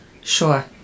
Sure